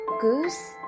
goose